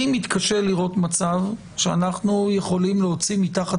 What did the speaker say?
אני מתקשה לראות מצב שאנחנו יכולים להוציא תחת